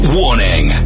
warning